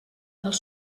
els